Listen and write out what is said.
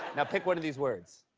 now pick one of these words.